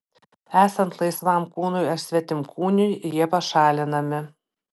esant laisvam kūnui ar svetimkūniui jie pašalinami